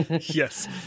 Yes